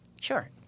Sure